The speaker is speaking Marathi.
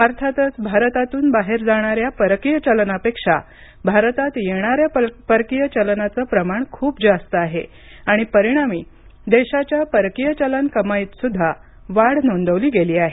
अर्थातच भारतातून बाहेर जाणाऱ्या परकीय चलनापेक्षा भारतात येणाऱ्या परकीय चलनाचं प्रमाण खूप जास्त आहे आणि परिणामी देशाच्या परकीय चलन कमाईतसुद्धा वाढ नोंदवली गेली आहे